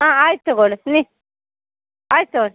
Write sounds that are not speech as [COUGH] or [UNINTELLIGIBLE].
ಹಾಂ ಆಯ್ತು ತಗೋಳ್ಳಿ ನೀ ಆಯ್ತು ತಗೋಳ್ಳಿ [UNINTELLIGIBLE]